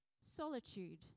solitude